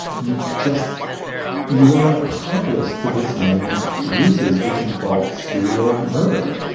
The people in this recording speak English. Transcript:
you just you are an accomplice to this man's russa's, which involves serial murder.